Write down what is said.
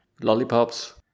Lollipops